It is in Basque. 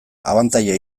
abantaila